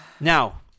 Now